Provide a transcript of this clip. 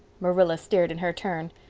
marilla stared in her turn.